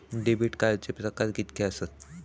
Debit कार्डचे प्रकार कीतके आसत?